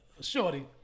shorty